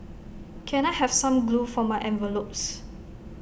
can I have some glue for my envelopes